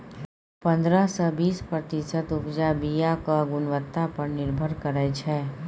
पंद्रह सँ बीस प्रतिशत उपजा बीयाक गुणवत्ता पर निर्भर करै छै